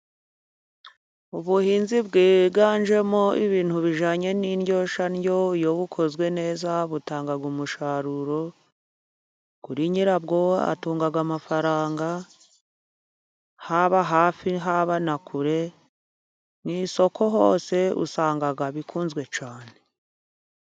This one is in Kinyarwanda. Ubuhinzi bwiganjemo ibintu bijyanye n'indyoshyandyo, iyo bukozwe neza butanga umusaruro kuri nyirabwo, atunga amafaranga, haba hafi haba na kure, mu isoko hose usanga bikunzwe cyane.